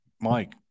mike